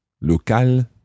Local